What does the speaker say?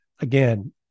Again